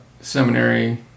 seminary